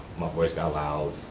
my voice got loud